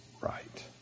right